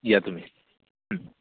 या तुम्ही